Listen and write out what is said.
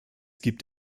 gibt